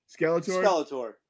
skeletor